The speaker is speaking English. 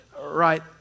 right